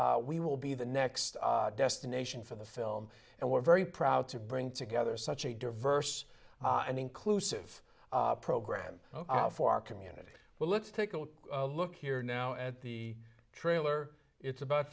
we will be the next destination for the film and we're very proud to bring together such a diverse and inclusive program for our community well let's take a look here now at the trailer it's about